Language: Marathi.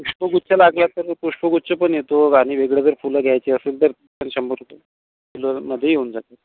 पुष्पगुच्छ लागला तर पुष्पगुच्छ पण येतो आणि वेगळे जर फुलं घ्यायचे असेल तर तर शंभर रुपये किलोमध्ये येऊन जाते